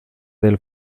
del